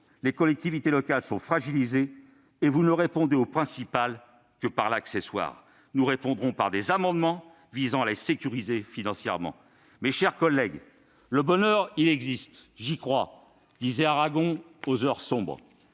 Les collectivités locales sont fragilisées, et vous ne répondez au principal que par de l'accessoire. Nous répondrons par des amendements visant à les sécuriser financièrement. Mes chers collègues, « le bonheur existe et j'y crois » disait Aragon aux heures sombres.